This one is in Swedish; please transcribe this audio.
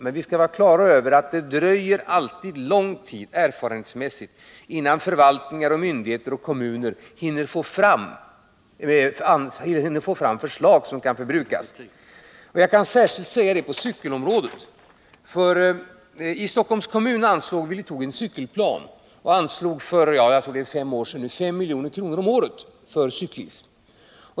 Men vi skall vara på det klara med att det, erfarenhetsmässigt, alltid dröjer lång tid innan förvaltningar, myndigheter och kommuner hinner få fram förslag som kräver medel från anslagen. Det gäller särskilt på cykelområdet. I Stockholms kommun antog vi en cykelplan och anslog för jag tror fem år sedan 5 milj.kr. om året för cyklism.